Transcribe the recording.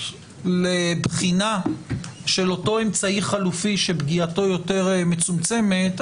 לבחינה של אותו אמצעי חלופי שפגיעתו יותר מצומצמת,